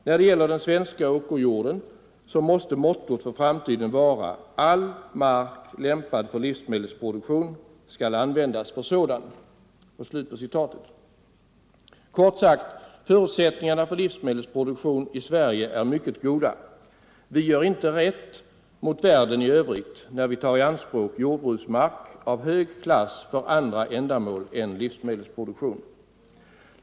— När det gäller den svenska åkerjorden måste mottot för framtiden vara: All mark lämpad för livsmedelsproduktion skall användas för sådan!” Kort sagt: Förutsättningarna för livsmedelsproduktion i Sverige är mycket goda. Vi gör inte rätt mot världen i övrigt när vi tar i anspråk jordbruksmark av hög klass för andra ändamål än livsmedelsproduktion.